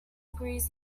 agrees